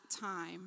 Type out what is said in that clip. time